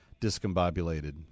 discombobulated